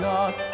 God